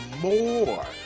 more